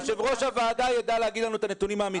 יושב-ראש הוועדה יודע להגיד לנו את הנתונים המתאימים.